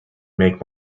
make